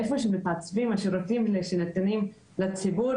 איפה שמתעצבים השירותים שניתנים לציבור,